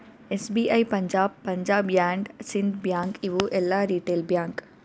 SBI, Punjab, Punjab and Sind bank ಇವು ಎಲ್ಲಾ retail bank